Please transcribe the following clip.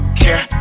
care